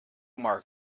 mark